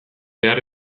behar